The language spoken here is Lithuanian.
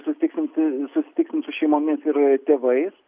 susitiksim t susitiksim su šeimomis ir tėvais